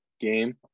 game